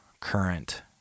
current